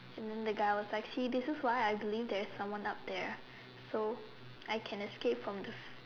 and then the guy was like she this is why I believe that there is someone up there so I can escape from death